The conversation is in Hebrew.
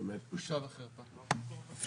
בושה וחרפה.